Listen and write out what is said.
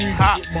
hot